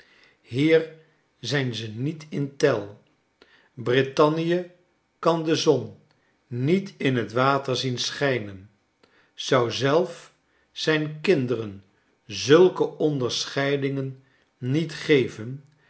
hier zijn ze niet in tel brittannie kan de zon niet in het water zien schijnen zou zelf zijn kinderen zulke onderscheidingen niet geven